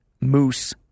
Moose